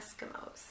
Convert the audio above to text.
Eskimos